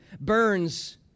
burns